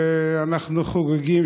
ואנחנו חוגגים,